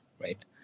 right